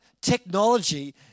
technology